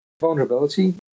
Vulnerability